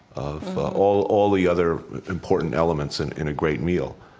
of all all the other important elements in in a great meal.